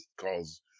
calls